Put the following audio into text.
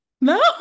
No